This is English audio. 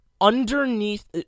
underneath